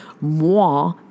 moi